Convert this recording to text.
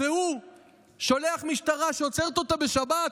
הוא שולח משטרה שעוצרת אותה בשבת,